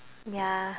ya